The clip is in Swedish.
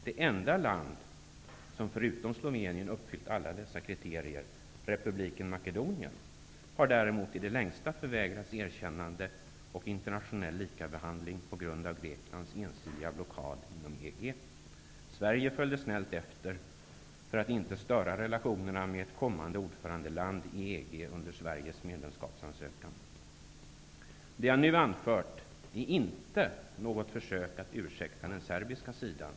Det enda land, förutom Slovenien, som uppfyllt alla dessa kriterier, nämligen republiken Makedonien, har däremot på grund av Greklands ensidiga blockad inom EG i det längsta förvägrats erkännande och internationell likabehandling. Sverige följde snällt efter för att inte störa relationerna med ett kommande ordförandeland i Det jag nu anfört är inte något försök att ursäkta den serbiska sidan.